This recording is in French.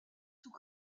tout